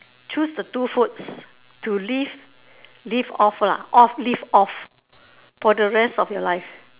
choose the two foods to leave leave off lah off leave off for the rest of your life